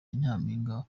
nyampinga